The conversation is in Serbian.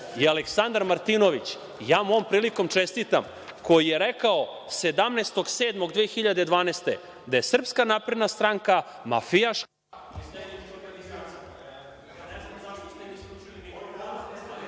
Aleksandar Martinović, ja mu ovom prilikom čestitam, koji je rekao 17. jula 2012. godine da je Srpska napredna stranka mafijaška